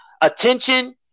attention